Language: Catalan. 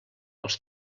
els